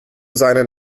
seinen